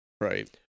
right